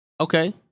Okay